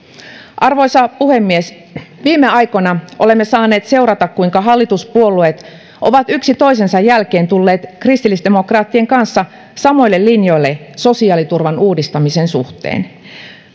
arvoisa puhemies viime aikoina olemme saaneet seurata kuinka hallituspuolueet ovat yksi toisensa jälkeen tulleet kristillisdemokraattien kanssa samoille linjoille sosiaaliturvan uudistamisen suhteen